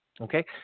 Okay